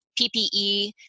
PPE